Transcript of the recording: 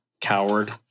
Coward